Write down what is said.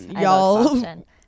y'all